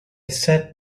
sat